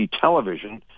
Television